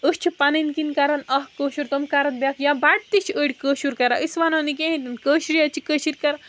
أسۍ چھِ پَنٕنۍ کِنۍ کَران اَکھ کٲشُر کم کَران بیکھ یا بَٹہٕ تہِ چھِ أڑۍ کٲشُر کَران أسۍ وَنو نہٕ کِہیٖنۍ ننہٕ کٲشر حظ چھِ کٲشِر کَران